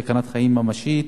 סכנת חיים ממשית.